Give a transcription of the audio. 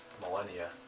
millennia